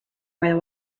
where